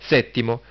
Settimo